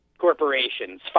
corporations